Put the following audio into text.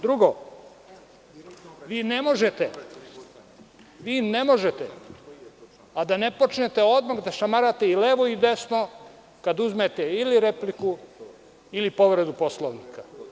Drugo, vi ne možete, a da ne počnete odmah da šamarate i levo i desno kad uzmete ili repliku ili povredu Poslovnika.